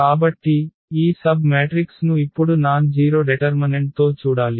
కాబట్టి ఈ సబ్ మ్యాట్రిక్స్ను ఇప్పుడు నాన్ జీరొ డెటర్మనెంట్తో చూడాలి